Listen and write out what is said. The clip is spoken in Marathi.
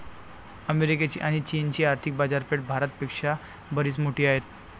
अमेरिकेची आणी चीनची आर्थिक बाजारपेठा भारत पेक्षा बरीच मोठी आहेत